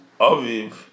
Aviv